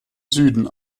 süden